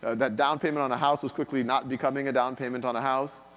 that down payment on a house was quickly not becoming a down payment on a house.